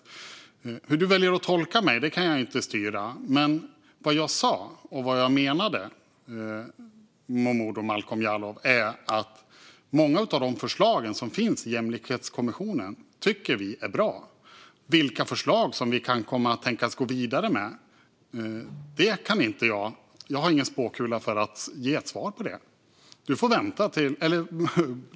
Hur Momodou Malcolm Jallow väljer att tolka mig kan jag inte styra, men vad jag sa och vad jag menade är att vi tycker att många av de förslag som finns i Jämlikhetskommissionens betänkande är bra. Jag har ingen spåkula som kan ge svar på frågan vilka förslag som vi kan tänkas gå vidare med.